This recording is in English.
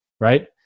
right